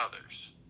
others